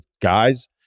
guys